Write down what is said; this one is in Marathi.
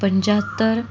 पंच्याहत्तर